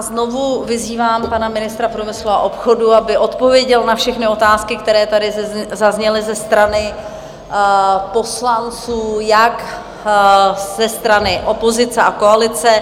Znovu vyzývám pana ministra průmyslu a obchodu, aby odpověděl na všechny otázky, které tady zazněly ze strany poslanců, jak ze strany opozice a koalice.